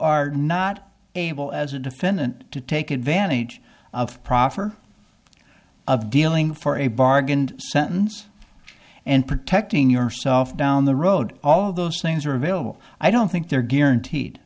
are not able as a defendant to take advantage of proffer of dealing for a bargain sentence and protecting yourself down the road all those things are available i don't think they're guaranteed